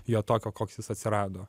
jo tokio koks jis atsirado